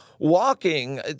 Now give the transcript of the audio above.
Walking